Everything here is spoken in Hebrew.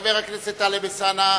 וחבר הכנסת טלב אלסאנע,